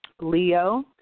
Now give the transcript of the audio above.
Leo